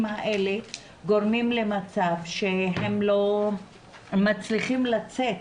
האלה גורמים למצב שהם לא מצליחים לצאת,